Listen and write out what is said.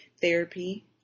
therapy